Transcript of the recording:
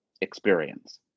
experience